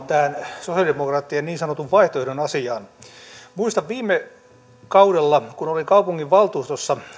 tähän sosialidemokraattien niin sanotun vaihtoehdon asiaan muistan viime hallituskaudella kun olin kaupunginvaltuustossa